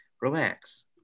relax